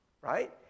Right